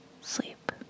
sleep